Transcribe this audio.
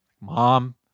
Mom